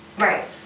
Right